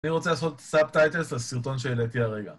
אני רוצה לעשות סאבטייטלס לסרטון שהעליתי הרגע